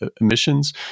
emissions